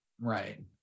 Right